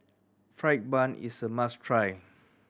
fried bun is a must try